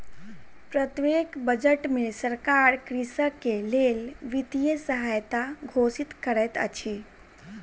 प्रत्येक बजट में सरकार कृषक के लेल वित्तीय सहायता घोषित करैत अछि